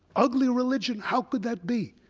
ugly religion? how could that be?